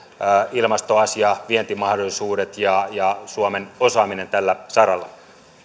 ilmastoasia vientimahdollisuudet ja ja suomen osaaminen tällä saralla